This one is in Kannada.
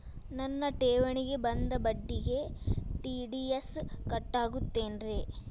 ನನ್ನ ಠೇವಣಿಗೆ ಬಂದ ಬಡ್ಡಿಗೆ ಟಿ.ಡಿ.ಎಸ್ ಕಟ್ಟಾಗುತ್ತೇನ್ರೇ?